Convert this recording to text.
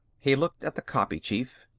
he looked at the copy chief.